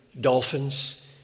dolphins